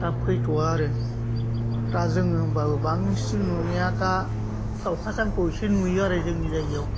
दा फैथ'आ आरो दा जोङो होमब्लाबो बांसिन नुनाया दा दाउखाजानखौ एसे नुयो आरो जोंनि जायगायाव